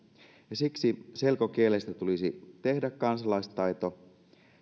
ja siksi selkokielestä tulisi tehdä kansalaistaito